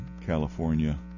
California